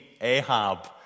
Ahab